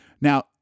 Now